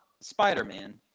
Spider-Man